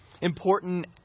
important